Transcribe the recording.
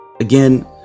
Again